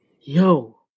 yo